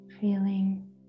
feeling